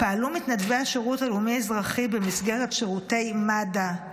פעלו מתנדבי השירות הלאומי-אזרחי במסגרת שירותי מד"א,